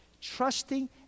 trusting